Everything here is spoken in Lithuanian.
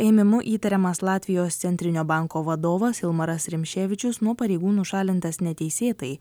ėmimu įtariamas latvijos centrinio banko vadovas ilmaras rimšėvičius nuo pareigų nušalintas neteisėtai